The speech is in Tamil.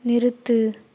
நிறுத்து